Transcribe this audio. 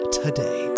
today